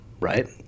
right